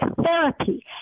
therapy